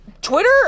Twitter